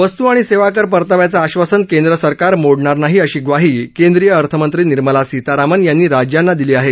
वस्तू आणि सेवा कर परताव्याचं आश्वासन केंद्र सरकार मोडणार नाही अशी ग्वाही केंद्रीय अर्थमंत्री निर्मला सीतारामन यांनी राज्यांना दिली आहे